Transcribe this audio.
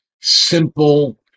Simple